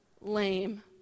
lame